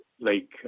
lake